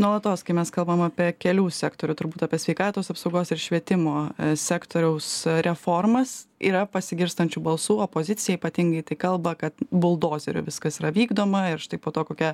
nuolatos kai mes kalbam apie kelių sektorių turbūt apie sveikatos apsaugos ir švietimo sektoriaus reformas yra pasigirstančių balsų opozicija ypatingai tai kalba kad buldozeriu viskas yra vykdoma ir štai po to kokia